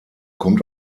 kommt